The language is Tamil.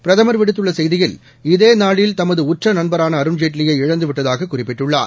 பிரதமர் விடுத்துள்ள செய்தியில் இதேநாளில் தமது உற்ற நண்பராள அருண் ஜேட்லியை இழந்துவிட்டதாக குறிப்பிட்டுள்ளார்